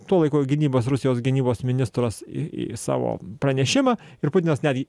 tuo laiku gynybos rusijos gynybos ministras savo pranešimą ir putinas netgi